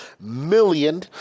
million